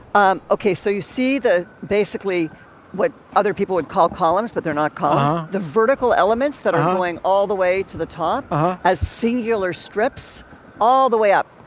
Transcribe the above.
um ok. so you see the basically what other people would call columns, but they're not called um the vertical elements that are going all the way to the top as singular strips all the way up.